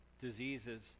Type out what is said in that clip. diseases